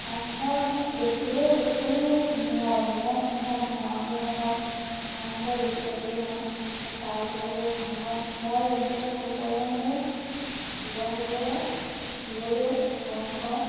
চাংঘৰ মানে দেখিলেই বেছি ধুনীয়া মানে মই সেনেকে আমাৰ গাঁৱত যে এনেকুৱা চাংঘৰ দেখি পাবলৈ নাই পাৰ্কলে গৈ চাংঘৰ মই বেছিকে ভাল পালোঁ সেই শিৱসাগৰত শিৱদৌল ৰংঘৰ